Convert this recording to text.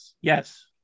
Yes